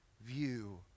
view